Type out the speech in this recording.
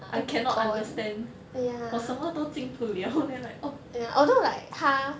I cannot understand 我什么都进不了 then like oh